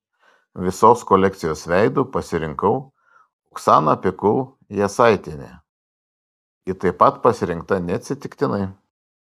visos kolekcijos veidu pasirinkau oksaną pikul jasaitienę ji taip pat pasirinkta neatsitiktinai